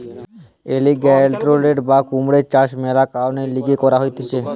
alligator বা কুমিরের চাষ মেলা কারণের লিগে করা হতিছে